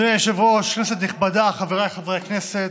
אדוני היושב-ראש, חבריי חברי הכנסת,